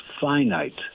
finite